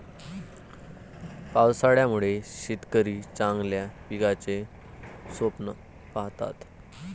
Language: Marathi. पावसाळ्यामुळे शेतकरी चांगल्या पिकाचे स्वप्न पाहतात